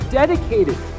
dedicated